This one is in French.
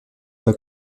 pas